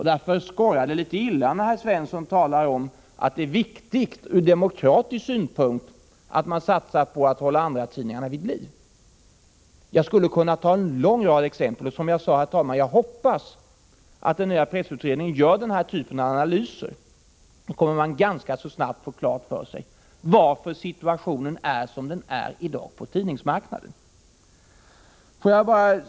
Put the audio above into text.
Därför skorrar det litet illa när herr Svensson talar om att det ur demokratisk synvinkel är viktigt att vi satsar på att hålla andratidningarna vid liv. Jag skulle kunna ge en lång rad exempel liknande det jag tidigare redovisade. Som jag sade hoppas jag att den nya presstödsutredningen gör denna typ av analys. Då kommer den ganska snart att få klart för sig varför situationen i dag är som den är på tidningsmarknaden.